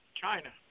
China